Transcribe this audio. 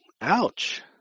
Ouch